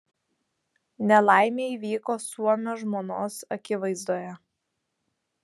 nelaimė įvyko suomio žmonos akivaizdoje